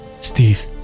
Steve